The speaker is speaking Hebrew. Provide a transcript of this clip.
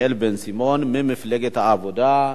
חבר הכנסת דניאל בן-סימון ממפלגת העבודה,